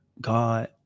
God